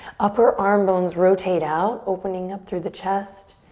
upper arm bones rotate out, opening up through the chest.